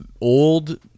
old